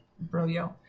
Bro-yo